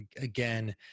again